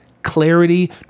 clarity